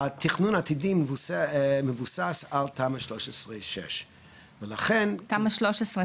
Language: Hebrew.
התכנון העתידי מבוסס על תמ"א 6/13. תמ"א 6/13,